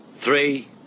three